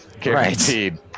guaranteed